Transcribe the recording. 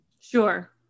Sure